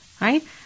Right